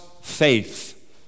faith